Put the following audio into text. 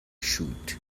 shoot